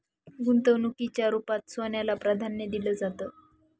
गुंतवणुकीच्या रुपात सोन्याला प्राधान्य दिलं जातं